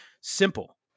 simple